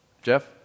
Jeff